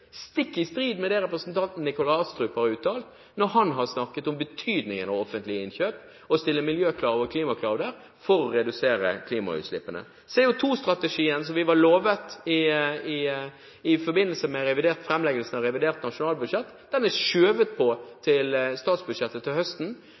stikk i strid med det representanten Nikolai Astrup har uttalt når han har snakket om betydningen av offentlige innkjøp – å stille miljøkrav og klimakrav for å redusere klimautslippene. CO2-strategien, som vi var lovet i forbindelse med framleggelsen av revidert nasjonalbudsjett, er skjøvet på